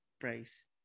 price